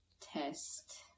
test